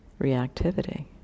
reactivity